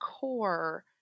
core